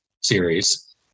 series